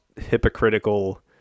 hypocritical